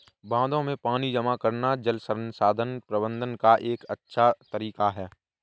बांधों में पानी जमा करना जल संसाधन प्रबंधन का एक अच्छा तरीका है